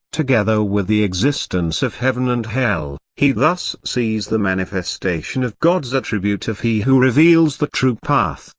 together with the existence of heaven and hell, he thus sees the manifestation of god's attribute of he who reveals the true path,